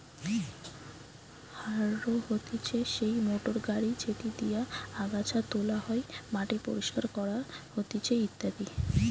harrow হতিছে সেই motor গাড়ি যেটি দিয়া আগাছা তোলা হয়, মাটি পরিষ্কার করা হতিছে ইত্যাদি